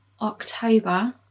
October